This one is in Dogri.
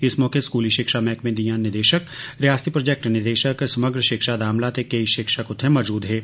इस मौके स्कूली शिक्षा मैह्कमें दियां निदेशक रियासती प्रोजैक्ट निदेशक समग्र शिक्षा दा अमला ते केंई शिक्षक उत्थें मौजूद हे